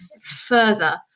further